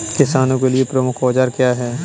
किसानों के लिए प्रमुख औजार क्या हैं?